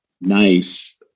nice